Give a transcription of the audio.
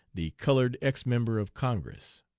the colored ex-member of congress.